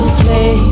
play